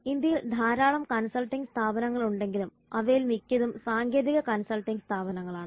ഇന്ത്യയിൽ ധാരാളം കൺസൾട്ടിംഗ് സ്ഥാപനങ്ങൾ ഉണ്ടെങ്കിലും അവയിൽ മിക്കതും സാങ്കേതിക കൺസൾട്ടിംഗ് സ്ഥാപനങ്ങളാണ്